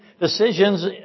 decisions